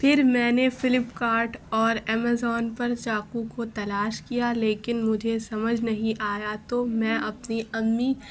پھر میں نے فلپ کارٹ اور امیزون پر چاقو کو تلاش کیا لیکن مجھے سمجھ نہیں آیا تو میں اپنی امی